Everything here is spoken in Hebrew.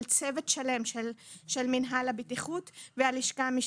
צוות שלם של מינהל הבטיחות ושל הלשכה המשפטית.